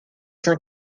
cent